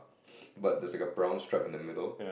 but there's like a brown stripe in the middle